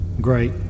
Great